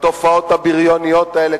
בתופעות הבריוניות האלה,